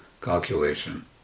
calculation